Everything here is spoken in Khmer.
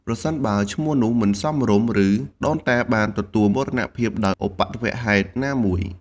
ប្រសិនបើឈ្មោះនោះមិនសមរម្យ ឬដូនតាបានទទួលមរណភាពដោយឧបទ្ទវហេតុណាមួយ។